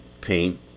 paint